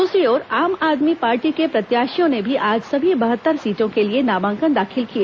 दूसरी ओर आम आदमी पार्टी के प्रत्याशियों ने भी आज सभी बहत्तर सीटों के लिए नामांकन दाखिल किए